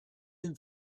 been